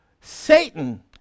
Satan